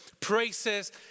praises